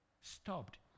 stopped